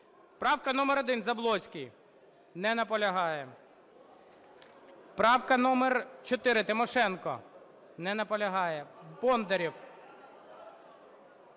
Правка номер 1, Заблоцький. Не наполягає. Правка номер 4, Тимошенко. Не наполягає. Бондарєв.